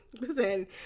listen